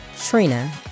Trina